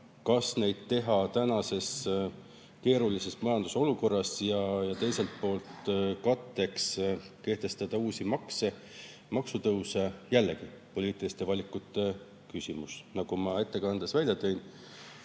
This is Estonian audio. Kas seda teha tänases keerulises majandusolukorras ja teiselt poolt katteks kehtestada uusi makse ja maksutõuse? Jällegi, poliitiliste valikute küsimus. Nagu ma ettekandes välja tõin,